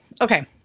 Okay